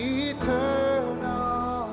eternal